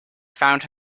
found